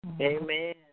Amen